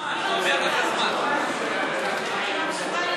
הוא, לך זמן, הוא, לך זמן.